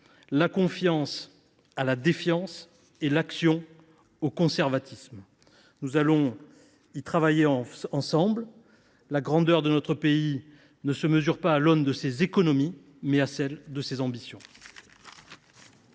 la confiance à la défiance et l’action au conservatisme. Nous allons y travailler ensemble. La grandeur de notre pays se mesure non pas à l’aune de ses économies, mais à celle de ses ambitions.